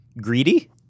Greedy